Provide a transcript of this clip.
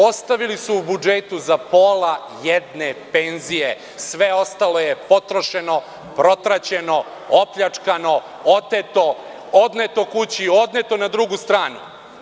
Ostavili su u budžetu za pola jedne penzije, a sve ostalo je potrošeno, protraćeno, opljačkano, oteto, odneto kući, odneto na drugu stranu.